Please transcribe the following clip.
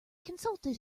consulted